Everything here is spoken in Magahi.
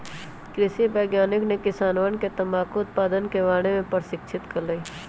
कृषि वैज्ञानिकवन ने किसानवन के तंबाकू उत्पादन के बारे में प्रशिक्षित कइल